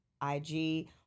IG